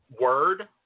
word